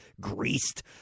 greased